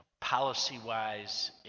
policy-wise